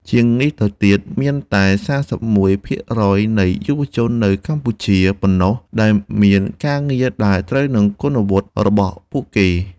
ជាងនេះទៅទៀត មានតែ ៣១ ភាគរយនៃយុវជននៅកម្ពុជាប៉ុណ្ណោះដែលមានការងារដែលត្រូវនឹងគុណវុឌ្ឍិរបស់ពួកគេ។